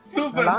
Super